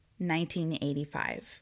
1985